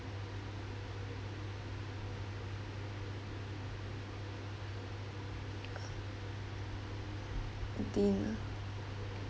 dinner